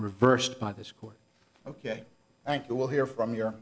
reversed by this court ok and you will hear from your